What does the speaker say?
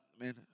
man